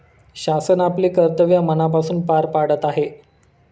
शासन आपले कर्तव्य मनापासून पार पाडत आहे